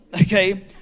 okay